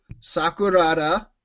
Sakurada